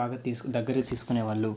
బాగా తీసుకు దగ్గరకు తీసుకునేవాళ్ళు